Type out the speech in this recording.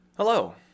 Hello